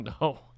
No